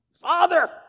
Father